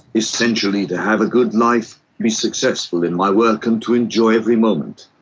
essentially to have a good life, be successful in my work and to enjoy every moment.